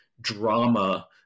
drama